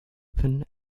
open